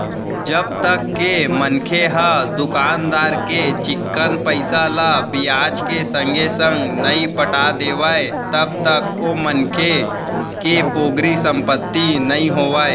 जब तक के मनखे ह दुकानदार के चिक्कन पइसा ल बियाज के संगे संग नइ पटा देवय तब तक ओ मनखे के पोगरी संपत्ति नइ होवय